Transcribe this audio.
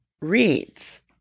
reads